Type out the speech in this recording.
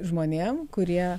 žmonėm kurie